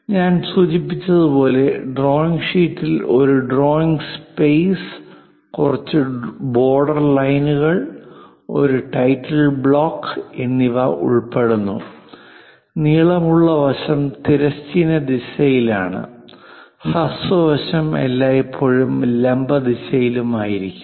ഞാൻ സൂചിപ്പിച്ചതുപോലെ ഡ്രോയിംഗ് ഷീറ്റിൽ ഒരു ഡ്രോയിംഗ് സ്പേസ് കുറച്ച് ബോർഡർലൈനുകൾ ഒരു ടൈറ്റിൽ ബ്ലോക്ക് എന്നിവ ഉൾപ്പെടുന്നു നീളമുള്ള വശം തിരശ്ചീന ദിശയിലാണ് ഹ്രസ്വ വശം എല്ലായ്പ്പോഴും ലംബ ദിശയിലായിരിക്കും